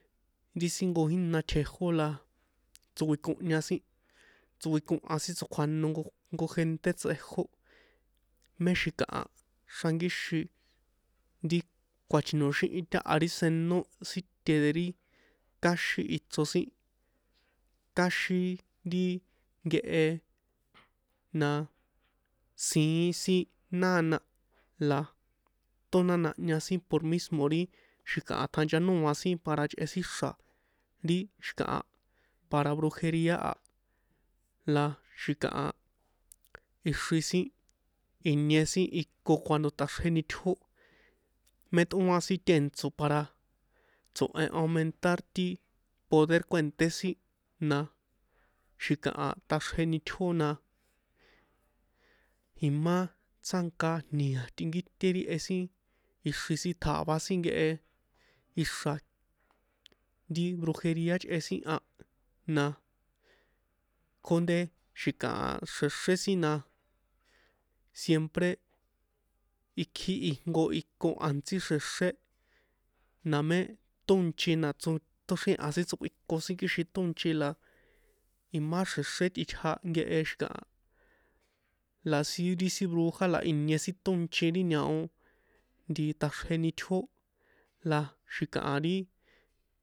Ri sin nkíjna tjejó tsokuikohña sin tsokuihan sin tsokjuano jnko gente tsejó mé xi̱kaha xrankíxin ri kuachinoxíhin táha ri senó síte de ri káxin ichri sin kaíxin ri nkehe na siín sin nána la tónanaha sin por ri mísmo̱ ri tjanchanóa sin para chꞌe sin xra ri xi̱kaha para brjueria la xi̱kaha ixri sin inie sin iko cuando taxrje nítjó mé tꞌoan sin tèntso̱ para tso̱hen aumentar ti poder kuènṭé sin na xi̱kaha taxrje nitjó na imá tsjánka nia tꞌinkíte ri jehe sin ixiri sin tja̱vá sin nkehe ixra̱ ri brujeria ichꞌe sin na kjónde xi̱kaha xrexré sin na siempre ikjí ijnko iko a̱ntsí xre̱xre̱ na mé tónchi na tóxrie̱ha sin tsokꞌuikon sin kixin tónchi la imá xre̱xre̱ tꞌitja nkehe xi̱kaha la siín ri sin bruja la inie sin ri tónchi ri ñaoo taxrje nitjó la xi̱kaha ri.